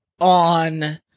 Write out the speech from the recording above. on